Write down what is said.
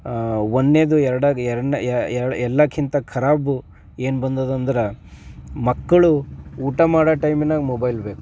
ಒಂದನೇದು ಎರಡಾಗಿ ಎರಡ್ನೇ ಎಲ್ಲಕ್ಕಿಂತ ಖರಾಬು ಏನು ಬಂದುದೆಂದ್ರೆ ಮಕ್ಕಳು ಊಟ ಮಾಡೋ ಟೈಮಿನಾಗ ಮೊಬೈಲ್ ಬೇಕು